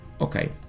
Okay